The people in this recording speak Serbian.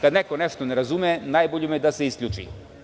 Kad neko nešto ne razume najbolje mu je da se isključi.